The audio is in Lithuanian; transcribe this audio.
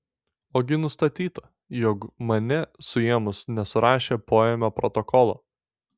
ogi nustatyta jog mane suėmus nesurašė poėmio protokolo